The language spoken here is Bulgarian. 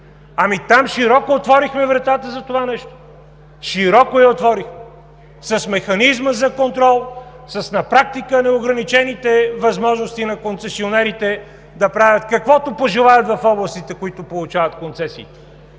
Там широко отворихме вратата за това нещо – широко я отворихме с механизма за контрол, с на практика неограничените възможности на концесионерите да правят каквото пожелаят в областите, в които получават концесиите.